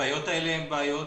הבעיות האלה הן בעיות